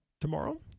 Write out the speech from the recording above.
tomorrow